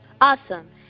Awesome